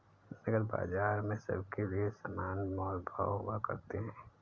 नकद बाजार में सबके लिये समान मोल भाव हुआ करते हैं